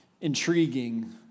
Intriguing